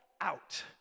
out